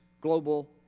global